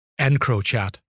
EncroChat